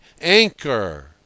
ANCHOR